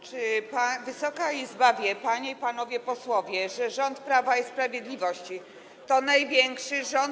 Czy Wysoka Izba wie, panie i panowie posłowie, że rząd Prawa i Sprawiedliwości to największy rząd?